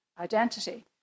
identity